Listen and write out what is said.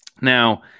Now